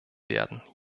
werden